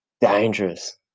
dangerous